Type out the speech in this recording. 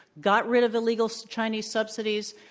got rid of illegal chinese subsidies,